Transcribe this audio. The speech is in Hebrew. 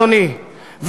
אדוני,